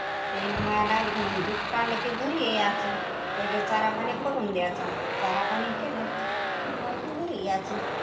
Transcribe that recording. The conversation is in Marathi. त्याईनं माया लावली की मग दूध काढलं की घरी यायचं त्याईला चारापाणी करून द्यायचं चारापाणी केलं की मग आपण घरी यायचं